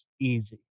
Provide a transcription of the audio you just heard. easy